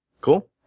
Cool